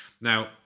Now